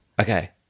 okay